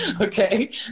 Okay